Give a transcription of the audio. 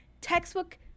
textbook